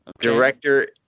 Director